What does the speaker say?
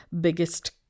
biggest